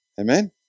amen